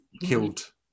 killed